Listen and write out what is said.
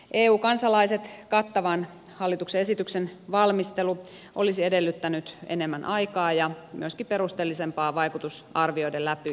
eu kansalaiset kattavan hallituksen esityksen valmistelu olisi edellyttänyt enemmän aikaa ja myöskin perusteellisempaa vaikutusarvioiden läpikäyntiä